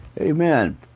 Amen